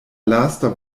lasta